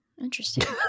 interesting